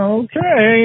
okay